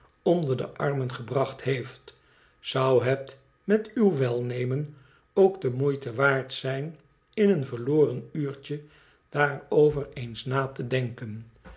onder de armen gebracht heeft zou het met uw welnemen ook de moeite waard zijn in een verloren uurtje daarover eens na te denken